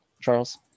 Charles